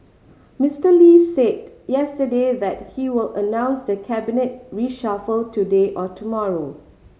Mister Lee said yesterday that he will announce the cabinet reshuffle today or tomorrow